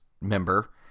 member